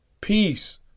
Peace